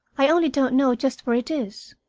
i only don't know just where it is.